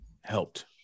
helped